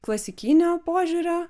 klasikinio požiūrio